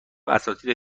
اساتید